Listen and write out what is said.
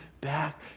back